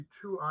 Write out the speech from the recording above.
two